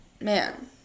man